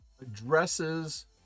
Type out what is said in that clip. addresses